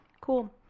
cool